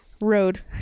road